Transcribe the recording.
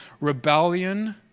Rebellion